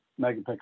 megapixel